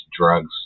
drugs